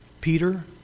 Peter